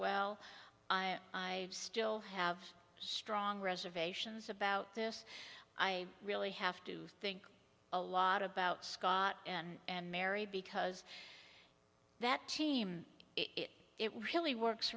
well i i still have strong reservations about this i really have to think a lot about scott and mary because that team it really works